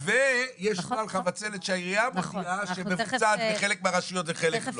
ויש נוהל חבצלת שהעירייה מודיעה שמבוצעת בחלק מהרשויות ובחלק לא.